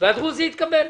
והדרוזית התקבלה.